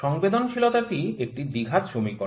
সংবেদনশীলতা টি একটি দ্বিঘাত সমীকরণ